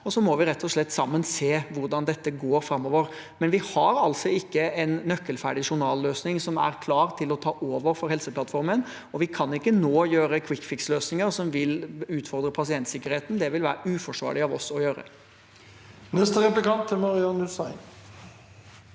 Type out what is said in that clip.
Vi må rett og slett sammen se hvordan dette går framover. Vi har altså ikke en nøkkelferdig journalløsning som er klar til å ta over for Helseplattformen, og vi kan ikke nå gjøre kvikkfiksløsninger som vil utfordre pasientsikkerheten. Det ville være uforsvarlig av oss. Marian Hussein